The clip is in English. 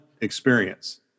experience